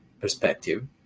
perspective